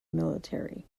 military